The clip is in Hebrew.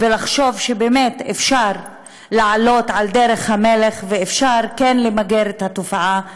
ולחשוב שבאמת אפשר לעלות על דרך המלך וכן אפשר למגר את התופעה מתוכנו.